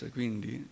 quindi